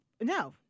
no